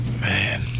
Man